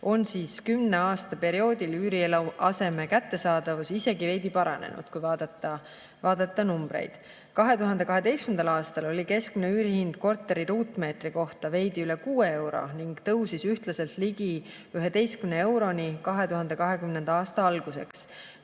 ja kümne aasta perioodil on üürieluaseme kättesaadavus isegi veidi paranenud, kui vaadata numbreid. 2012. aastal oli keskmine üürihind korteri ruutmeetri kohta veidi üle 6 euro ning tõusis ühtlaselt ligi 11 euroni 2020. aasta alguseks.